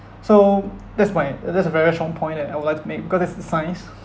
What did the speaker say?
so that's my that's a very strong point that I would like to make because this is science